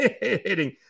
hitting